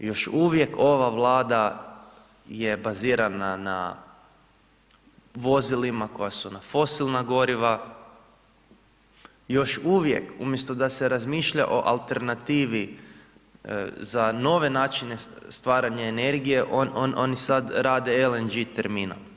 Još uvijek ova vlada je bazirana na vozilima koji su na fosilna goriva, još uvijek umjesto da se razmišlja o alternativi za nove načine stvaranja energije, oni sada rade LNG terminal.